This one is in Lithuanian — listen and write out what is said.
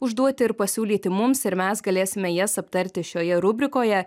užduoti ir pasiūlyti mums ir mes galėsime jas aptarti šioje rubrikoje